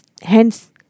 Hence